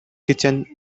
kitchen